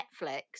Netflix